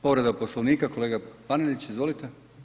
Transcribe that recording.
Povreda Poslovnika kolega Panenić, izvolite.